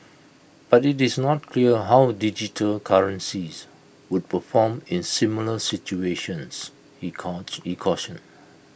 but IT is not clear how digital currencies would perform in similar situations he cautioned